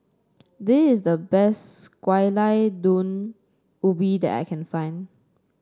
this is the best Gulai Daun Ubi that I can find